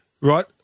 Right